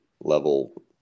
level